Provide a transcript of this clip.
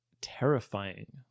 terrifying